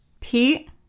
Pete